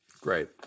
Great